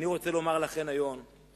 אני רוצה לומר לכן היום,